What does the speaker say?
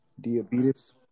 Diabetes